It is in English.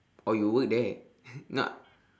oh you work there no